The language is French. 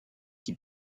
qui